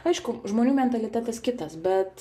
aišku žmonių mentalitetas kitas bet